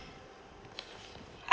I~